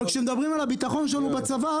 אבל כשמדברים על הביטחון שלנו בצבא,